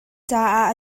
caah